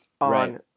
on